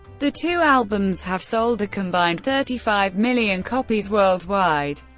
the two albums have sold a combined thirty five million copies worldwide,